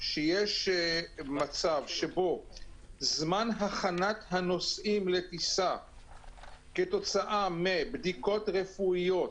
שיש מצב שבו זמן הכנת הנוסעים לטיסה כתוצאה מבדיקות רפואיות,